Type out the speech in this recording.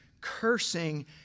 cursing